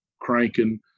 cranking